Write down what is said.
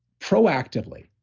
proactively.